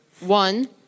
One